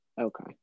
Okay